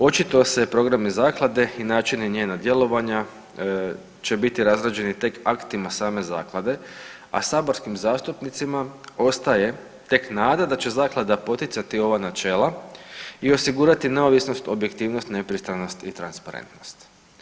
Očito se programi zaklade i načina njena djelovanja će biti razrađeni tek aktima same zaklade, a saborskim zastupnicima ostaje tek nada da će zaklada poticati ova načina i osigurati neovisnost, objektivnost, nepristranost i transparentnost.